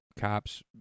cops